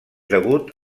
degut